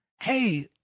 hey